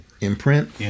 imprint